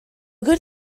good